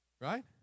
Right